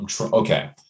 Okay